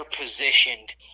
positioned